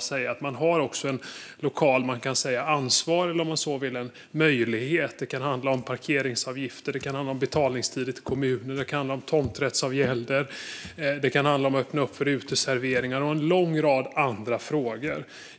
säga att man har ett lokalt ansvar eller, om man så vill, en möjlighet. Det kan handla om parkeringsavgifter, betaltider eller tomträttsavgälder eller om att öppna för uteserveringar, liksom en lång rad andra frågor.